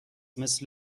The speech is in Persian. مثل